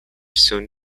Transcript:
soon